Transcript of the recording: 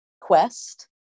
quest